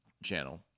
channel